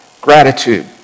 gratitude